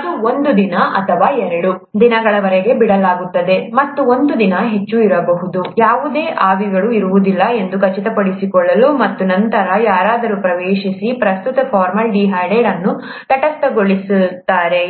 ಅದನ್ನು ಒಂದು ದಿನ ಅಥವಾ ಎರಡು ದಿನಗಳವರೆಗೆ ಬಿಡಲಾಗುತ್ತದೆ ಮತ್ತು ಒಂದು ದಿನ ಹೆಚ್ಚು ಇರಬಹುದು ಯಾವುದೇ ಆವಿಗಳು ಇರುವುದಿಲ್ಲ ಎಂದು ಖಚಿತಪಡಿಸಿಕೊಳ್ಳಲು ಮತ್ತು ನಂತರ ಯಾರಾದರೂ ಪ್ರವೇಶಿಸಿ ಪ್ರಸ್ತುತ ಫಾರ್ಮಾಲ್ಡಿಹೈಡ್ ಅನ್ನು ತಟಸ್ಥಗೊಳಿಸುತ್ತಾರೆ